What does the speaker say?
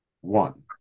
one